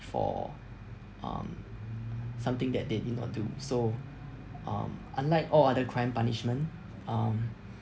for um something that they did not do so um unlike all other crime punishment um